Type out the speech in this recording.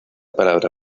palabra